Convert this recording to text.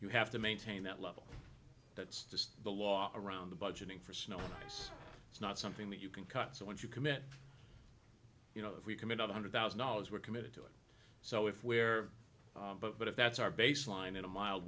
you have to maintain that level that's just the law around the budgeting for snow and ice it's not something that you can cut so once you commit you know if we commit up a hundred thousand dollars we're committed to it so if where but if that's our baseline in a mild